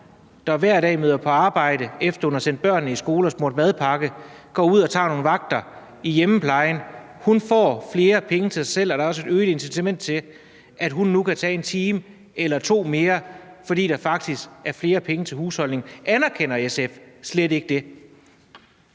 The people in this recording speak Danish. der hver dag møder på arbejde, efter at hun har smurt madpakke og sendt børnene i skole, og som går ud og tager nogle vagter i hjemmeplejen. Hun får flere penge til sig selv, og der er også et øget incitament til, at hun nu kan tage en time eller to mere, fordi der faktisk er flere penge til husholdningen. Anerkender SF slet ikke det?